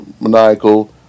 maniacal